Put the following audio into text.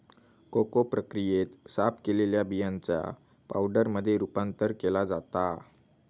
cocoa प्रक्रियेत, साफ केलेल्या बियांचा पावडरमध्ये रूपांतर केला जाता